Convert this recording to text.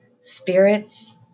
spirits